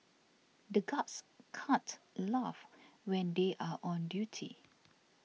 the guards can't laugh when they are on duty